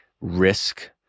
risk